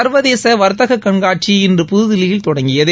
சர்வதேச வர்த்தக கண்காட்சி இன்று புதுதில்லியில் தொடங்கியது